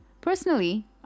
Personally